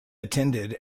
attended